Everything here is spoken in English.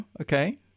okay